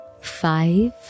five